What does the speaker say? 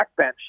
backbench